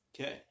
okay